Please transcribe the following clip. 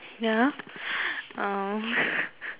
ya um